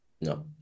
No